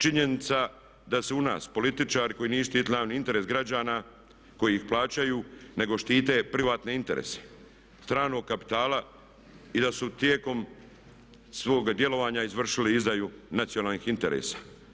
Činjenica je da su u nas političari koji nisu štitili javni interes građana koji ih plaćaju nego štite privatne interese stranog kapitala i da su tijekom svoga djelovanja izvršili izdaju nacionalnih interesa.